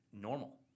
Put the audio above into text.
normal